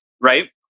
right